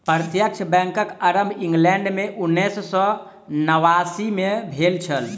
प्रत्यक्ष बैंकक आरम्भ इंग्लैंड मे उन्नैस सौ नवासी मे भेल छल